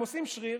הם עושים שריר,